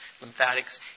lymphatics